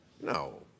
No